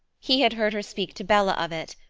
he had heard her speak to bella of it,